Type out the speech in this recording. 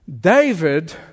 David